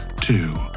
Two